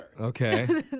Okay